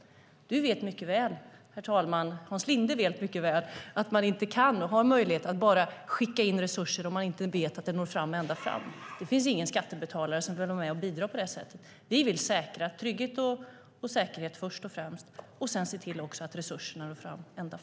Hans Linde vet mycket väl, herr talman, att man inte kan eller har möjlighet att bara skicka in resurser om man inte vet att de når ända fram. Det finns ingen skattebetalare som vill vara med och bidra på det sättet. Vi vill säkra trygghet och säkerhet först och främst, och sedan se till att resurserna når ända fram.